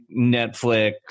Netflix